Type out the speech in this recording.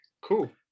cool